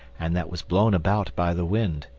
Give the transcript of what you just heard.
and that was blown about by the wind.